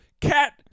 Cat